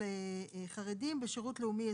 חרדים בשירות לאומי אזרחי.